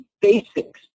basics